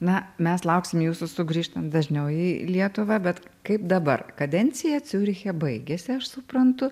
na mes lauksim jūsų sugrįžtant dažniau į lietuvą bet kaip dabar kadencija ciūriche baigėsi aš suprantu